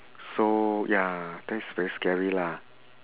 so ya that's very scary lah